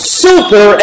super